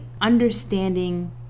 understanding